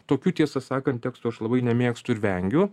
tokių tiesą sakant tekstų aš labai nemėgstu ir vengiu